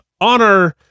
honor